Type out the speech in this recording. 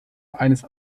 eines